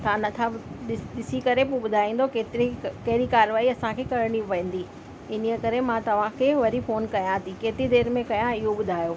तव्हां नथा ॾिसी करे पोइ ॿुधाईंदो केतिरी कहिड़ी कारर्वाई असांखे करिणी पवंदी इन ई करे मां तव्हांखे वरी फ़ोन कयां थी केतिरी देर में कयां इहो ॿुधायो